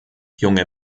junge